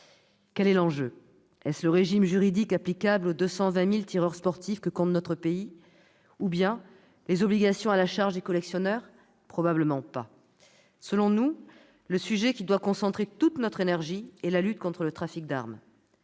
Quel est l'enjeu ? Est-ce le régime juridique applicable aux 220 000 tireurs sportifs que compte notre pays ? Ou bien les obligations à la charge des collectionneurs ? Probablement pas. Selon nous, le sujet qui doit concentrer toute notre énergie est la lutte contre le trafic d'armes.